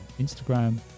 Instagram